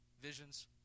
visions